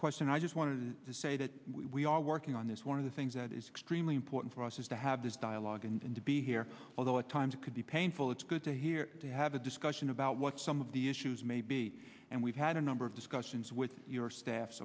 question i just wanted to say that we are working on this one of the things that is extremely important for us is to have this dialogue and to be here although at times it could be painful it's good to hear to have a discussion about what some of the issues may be and we've had a number of discussions with your staff